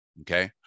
Okay